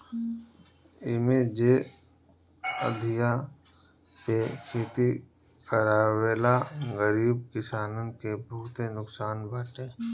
इमे जे अधिया पे खेती करेवाला गरीब किसानन के बहुते नुकसान बाटे